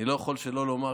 אני לא יכול שלא לומר,